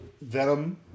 Venom